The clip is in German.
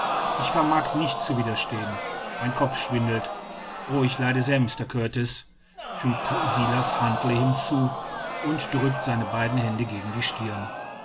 ich vermag nicht zu widerstehen mein kopf schwindelt o ich leide sehr mr kurtis fügt silas huntly hinzu und drückt seine beiden hände gegen die stirn